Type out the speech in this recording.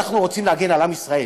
אנחנו רוצים להגן על עם ישראל,